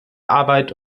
arbeit